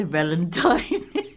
Valentine